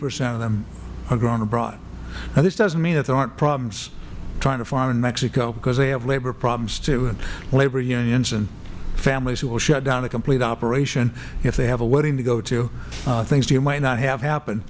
percent of them are grown abroad now this doesnt mean that there arent problems trying to farm in mexico because they have labor problems too labor unions and families who will shut down a complete operation if they have a wedding to go to things you might not have happen